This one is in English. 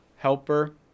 Helper